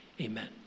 Amen